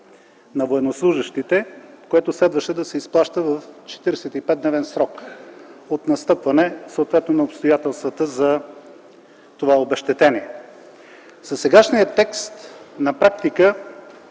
на военнослужещите, което следваше да се изплаща в 45-дневен срок от настъпване, съответно, на обстоятелствата за това обезщетение. Със сегашния текст на практика